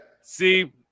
see